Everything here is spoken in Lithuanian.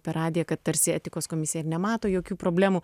per radiją kad tarsi etikos komisija ir nemato jokių problemų